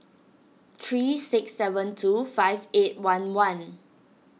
three six seven two five eight one one